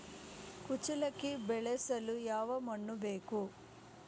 ಕುಚ್ಚಲಕ್ಕಿ ಬೆಳೆಸಲು ಯಾವ ಮಣ್ಣು ಬೇಕು?